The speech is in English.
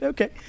Okay